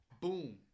Boom